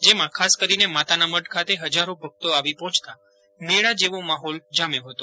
જેમાં ખાસ કરીને માતાના મઢ ખાતે હજારો ભકતો આવી પહોંચતા મેળા જેવો માહોલ જામ્યો હતો